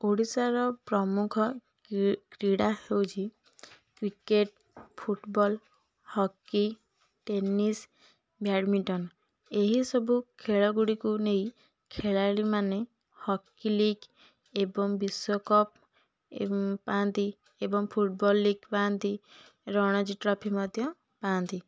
ଓଡ଼ିଶାର ପ୍ରମୁଖ କ୍ରି କ୍ରିଡ଼ା ହେଉଛି cricket football hockey tennis badminton ଏହି ସବୁ ଖେଳଗୁଡ଼ିକୁ ନେଇ ଖେଳାଳିମାନେ ହକି ଲିଗ୍ ଏବଂ ବିଶ୍ୱକପ୍ ପାଆନ୍ତି ଏବଂ ଫୁଟବଲ୍ ଲିଗ୍ ପାଆନ୍ତି ରଣଜି ଟ୍ରଫି ମଧ୍ୟ ପାଆନ୍ତି